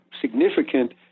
significant